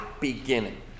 beginning